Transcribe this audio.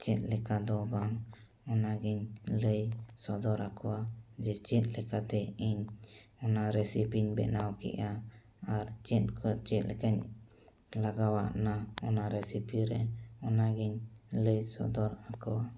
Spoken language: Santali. ᱪᱮᱫ ᱞᱮᱠᱟ ᱫᱚ ᱵᱟᱝ ᱚᱱᱟᱜᱮᱧ ᱞᱟᱹᱭ ᱥᱚᱫᱚᱨᱟᱠᱚᱣᱟ ᱡᱮ ᱪᱮᱫ ᱞᱮᱠᱟᱛᱮ ᱤᱧ ᱚᱱᱟ ᱨᱮᱥᱤᱯᱤᱧ ᱵᱮᱱᱟᱣ ᱠᱮᱜᱼᱟ ᱟᱨ ᱪᱮᱫ ᱠᱚ ᱪᱮᱫ ᱞᱮᱠᱟᱧ ᱞᱟᱜᱟᱣᱟ ᱚᱱᱟ ᱚᱱᱟ ᱨᱮᱥᱤᱯᱤᱨᱮ ᱚᱱᱟᱜᱮᱧ ᱞᱟᱹᱣ ᱥᱚᱫᱚᱨ ᱟᱠᱚᱣᱟ